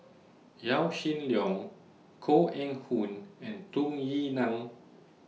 Yaw Shin Leong Koh Eng Hoon and Tung Yue Nang